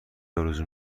آرزو